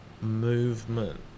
movement